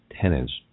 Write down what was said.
tenants